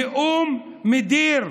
נאום מדיר,